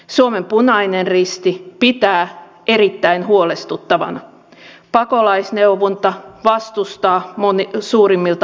suomen punainen risti pitää tätä erittäin huolestuttavana pakolaisneuvonta vastustaa suurimmilta osin